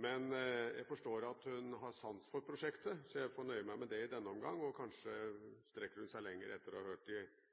Men jeg forstår at hun har sans for prosjektet, så jeg får nøye meg med det i denne omgang, og kanskje strekker hun seg lenger etter å ha hørt de